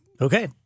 Okay